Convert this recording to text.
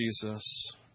Jesus